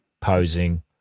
Posing